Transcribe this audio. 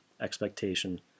expectation